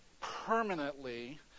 permanently